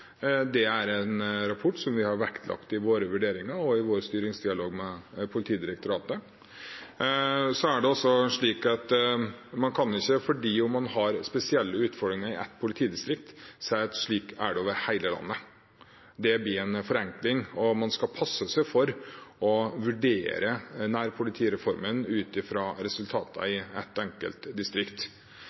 Det er en rapport som vi har vektlagt i våre vurderinger og i vår styringsdialog med Politidirektoratet. Det er også slik at selv om man har spesielle utfordringer i ett politidistrikt, kan man ikke si at slik er det over hele landet. Det blir en forenkling, og man skal passe seg for å vurdere nærpolitireformen ut fra resultater i ett enkelt distrikt.